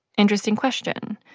interesting question.